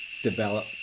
develop